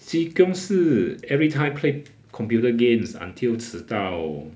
chee kiong 是 every time play computer games until 迟到